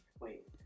Wait